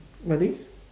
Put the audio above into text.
what thing